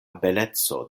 beleco